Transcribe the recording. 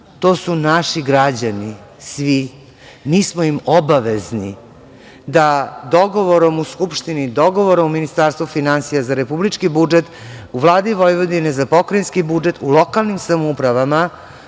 su to naši građani, svi, mi smo im obavezni da dogovorom u Skupštini, dogovorom u Ministarstvu finansija za Republički budžet u Vladi Vojvodine za pokrajinski budžet u lokalnim samoupravama